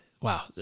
wow